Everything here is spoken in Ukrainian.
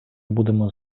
будемо